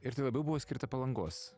ir tai labiau buvo skirta palangos